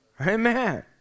Amen